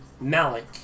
Malik